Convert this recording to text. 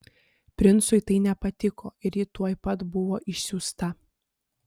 princui tai nepatiko ir ji tuoj pat buvo išsiųsta